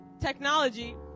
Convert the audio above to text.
technology